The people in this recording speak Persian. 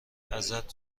ازت